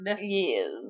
yes